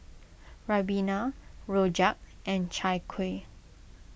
Ribena Rojak and Chai Kueh